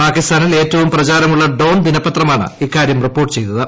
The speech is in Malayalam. പാകിസ്ഥാനിൽ ഏറ്റവും പ്രചാരമുള്ള ഡോൺ ദിനപ്പത്രമാണ് ഇക്കാര്യം റിപ്പോർട്ട് ചെയ്തത്